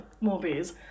movies